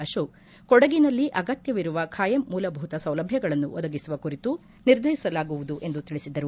ಅಶೋಕ್ ಕೊಡಗಿನಲ್ಲಿ ಅಗತ್ಯವಿರುವ ಖಾಯಂ ಮೂಲಭೂತ ಸೌಲಭ್ಯಗಳನ್ನು ಒದಗಿಸುವ ಕುರಿತು ನಿರ್ಧರಿಸಲಾಗುವುದು ಎಂದು ತಿಳಿಸಿದರು